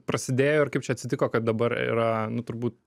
prasidėjo ir kaip čia atsitiko kad dabar yra nu turbū